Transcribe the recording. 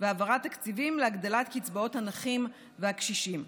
והעברת תקציבים להגדלת קצבאות הנכים והקשישים.